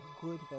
good